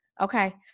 Okay